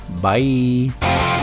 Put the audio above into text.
Bye